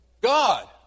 God